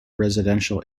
residential